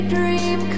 dream